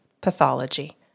pathology